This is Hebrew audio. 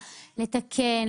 לתקן,